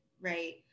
right